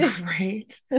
right